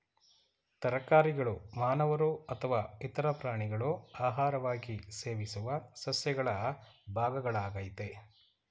ತರಕಾರಿಗಳು ಮಾನವರು ಅಥವಾ ಇತರ ಪ್ರಾಣಿಗಳು ಆಹಾರವಾಗಿ ಸೇವಿಸುವ ಸಸ್ಯಗಳ ಭಾಗಗಳಾಗಯ್ತೆ